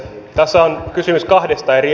nasa on kysymys kahdesta eri